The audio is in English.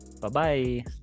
bye-bye